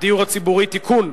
בדיור הציבורי (תיקון,